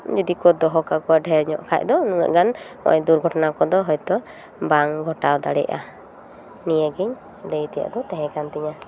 ᱡᱩᱫᱤ ᱠᱚ ᱫᱚᱦᱚ ᱠᱟᱠᱚᱣᱟ ᱰᱷᱮᱨ ᱧᱚᱜ ᱠᱷᱟᱡ ᱫᱚ ᱱᱩᱱᱟᱹᱜ ᱜᱟᱱ ᱫᱩᱨᱜᱷᱚᱴᱚᱱᱟ ᱠᱚᱫᱚ ᱦᱳᱭᱛᱳ ᱵᱟᱝ ᱜᱷᱚᱴᱟᱣ ᱫᱟᱲᱮᱭᱟᱜᱼᱟ ᱱᱤᱭᱟᱹ ᱜᱮᱧ ᱞᱟᱹᱭ ᱛᱮᱭᱟᱜ ᱫᱚ ᱛᱟᱦᱮᱸ ᱠᱟᱱ ᱛᱤᱧᱟᱹ